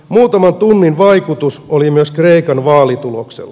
muutaman tunnin vaikutus oli myös kreikan vaalituloksella